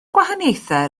gwahaniaethau